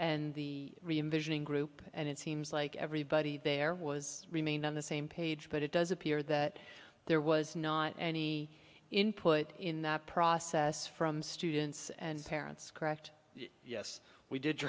and the reimaging group and it seems like everybody there was remain on the same page but it does appear that there was not any input in that process from students and parents correct yes we did